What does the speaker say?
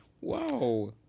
wow